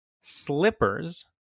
slippers